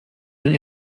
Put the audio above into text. denn